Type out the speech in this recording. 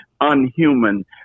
unhuman